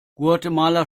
guatemala